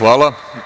Hvala.